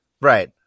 Right